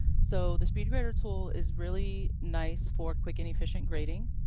so, the speedgrader tool is really nice for quick and efficient grading.